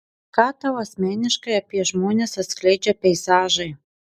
ką tau asmeniškai apie žmones atskleidžia peizažai